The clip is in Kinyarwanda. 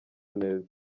neza